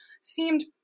seemed